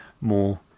more